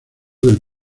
del